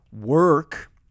Work